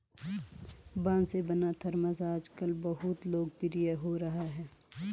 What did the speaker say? बाँस से बना थरमस आजकल बहुत लोकप्रिय हो रहा है